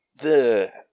the-